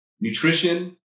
Nutrition